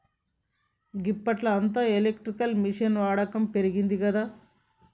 గిప్పట్ల అంతా ఎలక్ట్రానిక్ మిషిన్ల వాడకం పెరిగిందిగదా